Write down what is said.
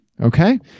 Okay